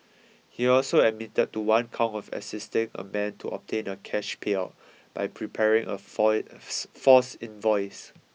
he also admitted to one count of assisting a man to obtain a cash payout by preparing a false invoice